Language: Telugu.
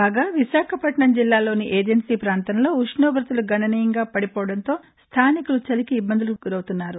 కాగా విశాఖపట్నం జిల్లా లోని ఏజెన్సీ ప్రాంతంలో ఉష్ణోగతలు గణనీయంగా పడిపోవడంతో స్థానికులు చలికి ఇబ్బందులకు గురవుతున్నారు